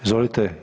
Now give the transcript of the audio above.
Izvolite.